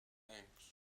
planks